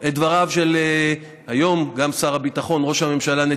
היום את דבריו של ראש הממשלה,